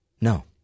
No